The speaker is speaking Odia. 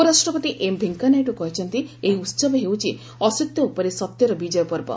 ଉପରାଷ୍ଟ୍ରପତି ଏମ୍ ଭେଙ୍କିୟା ନାଇଡୁ କହିଛନ୍ତି ଏହି ଉତ୍ସବ ହେଉଛି ଅସତ୍ୟ ଉପରେ ସତ୍ୟର ବିଜୟ ପର୍ବ